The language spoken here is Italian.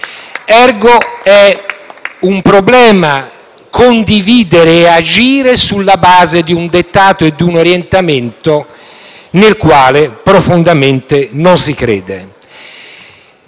Ergo*, è un problema condividere e agire sulla base di un dettato e di un orientamento nel quale profondamente non si crede.